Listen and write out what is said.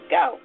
go